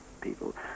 people